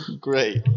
Great